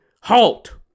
HALT